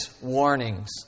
warnings